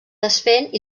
desfent